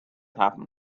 happened